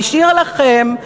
והשאיר לכם,